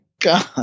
God